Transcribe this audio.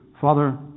Father